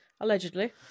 allegedly